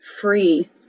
free